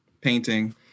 painting